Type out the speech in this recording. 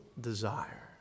desire